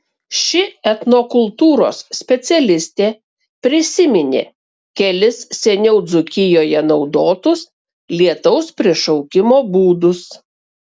ši etnokultūros specialistė prisiminė kelis seniau dzūkijoje naudotus lietaus prišaukimo būdus